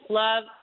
love